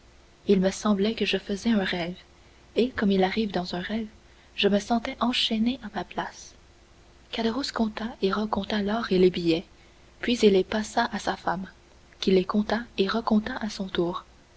il me semblait que je faisais un rêve et comme il arrive dans un rêve je me sentais enchaîné à ma place caderousse compta et recompta l'or et les billets puis il les passa à sa femme qui les compta et recompta à son tour